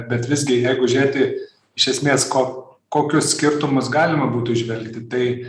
bet visgi jeigu žiūrėti iš esmės ko kokius skirtumus galima būtų įžvelgti tai